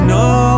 no